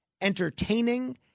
entertaining